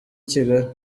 kigali